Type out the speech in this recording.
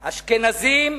אשכנזים,